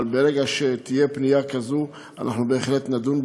אבל ברגע שתהיה פנייה כזו אנחנו בהחלט נדון בה,